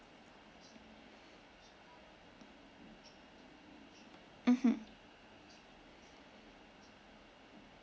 mmhmm